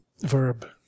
verb